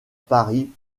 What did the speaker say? paris